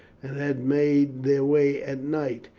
and had made their way at night,